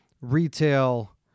retail